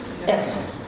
Yes